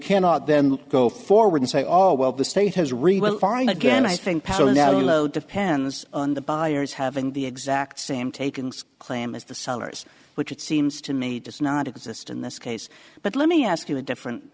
cannot then go forward and say oh well the state has rebuilt fine again i think depends on the buyers having the exact same taken claim as the sellers which it seems to me does not exist in this case but let me ask you a different